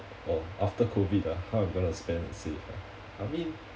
oh after COVID ah how I'm going to spend and save ah I mean